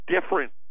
different